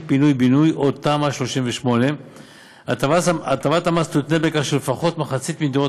פינוי-בינוי או תמ״א 38. הטבת המס תותנה בכך שלפחות מחצית מדירות